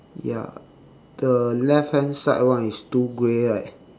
ya the left hand side one is two grey right